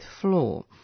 floor